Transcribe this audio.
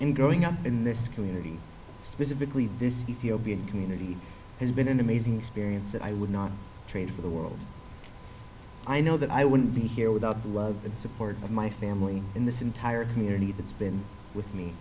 and growing up in this community specifically this ethiopian community has been an amazing experience that i would not trade for the world i know that i wouldn't be here without the love and support of my family in this entire community that's been with me